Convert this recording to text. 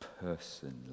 personally